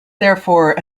therefore